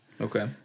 Okay